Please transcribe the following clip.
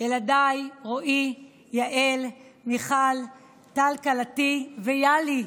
ילדיי רועי, יעל, מיכל, טל כלתי ויהלי,